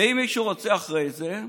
ואם מישהו רוצה אחרי זה,